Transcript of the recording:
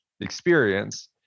experience